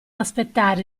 aspettare